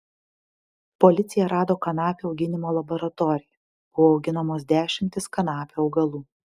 policija rado kanapių auginimo laboratoriją buvo auginamos dešimtys kanapių augalų